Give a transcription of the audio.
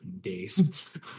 days